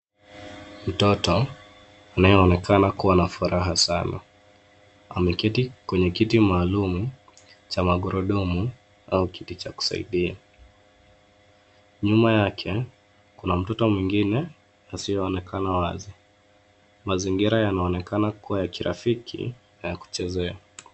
Mtoto anayeonekana kuwa na furaha sana ameketi kwenye kiti maalum cha magurudumu au kiti cha kusaidia. Nyuma yake, kuna mtoto mwingine asiyeonekana wazi. Mazingira yanaonekana kuwa ya kirafiki na ya kuchezea.